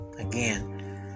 Again